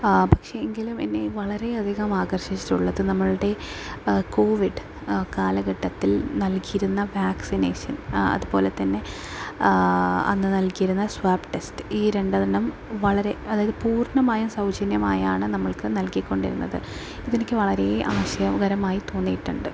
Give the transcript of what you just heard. പക്ഷെ എങ്കിലും എന്നെ വളരെയധികം ആകർഷിച്ചിട്ടുള്ളത് നമ്മളുടെ കോവിഡ് കാലഘട്ടത്തിൽ നൽകിയിരുന്ന വാസിനേഷൻ അതുപോലെതന്നെ അന്ന് നൽകിയിരുന്ന സ്വാപ്പ് ടെസ്റ്റ് ഈ രണ്ടെണ്ണം വളരെ അതായത് പൂർണ്ണമായും സൗജന്യമായാണ് നമ്മൾക്ക് നൽകികൊണ്ടിരുന്നത് ഇത് എനിക്ക് വളരെ ആശയകരമായി തോന്നിയിട്ടുണ്ട്